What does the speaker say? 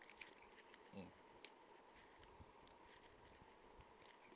mm